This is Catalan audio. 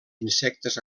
insectes